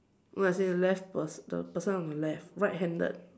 no as in left the person the person on the left right handed